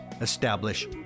establish